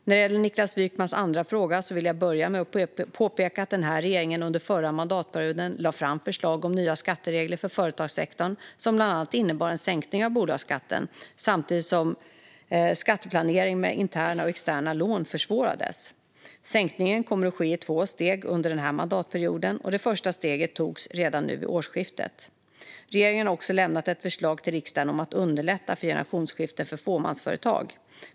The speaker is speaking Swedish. När det gäller Niklas Wykmans andra fråga vill jag börja med att påpeka att den här regeringen under förra mandatperioden lade fram förslag om nya skatteregler för företagssektorn som bland annat innebar en sänkning av bolagsskatten samtidigt som skatteplanering med interna och externa lån försvårades. Sänkningen kommer att ske i två steg under den här mandatperioden, och det första steget togs redan nu vid årsskiftet. Regeringen har också lämnat ett förslag till riksdagen om att underlätta för generationsskiften i fåmansföretag.